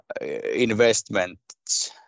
investments